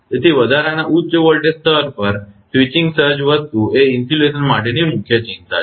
તેથી વધારાના ઉચ્ચ વોલ્ટેજ સ્તર પર સ્વિચિંગ સર્જ વસ્તુ એ ઇન્સ્યુલેશન માટેની મુખ્ય ચિંતા છે